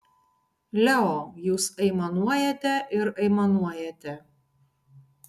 leo jūs aimanuojate ir aimanuojate